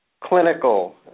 clinical